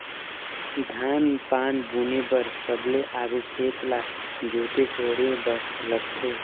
धान पान बुने बर सबले आघु खेत ल जोते कोड़े बर लगथे